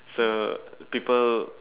so people